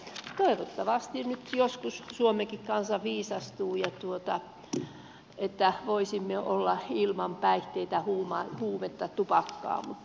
toivottavasti joskus suomenkin kansa viisastuu että voisimme olla ilman päihteitä huumeita tupakkaa